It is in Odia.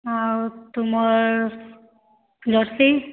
ହଁ ଆଉ ତୁମର୍ ଜର୍ସି